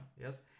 yes